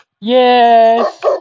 yes